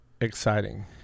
exciting